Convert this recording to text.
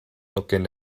looking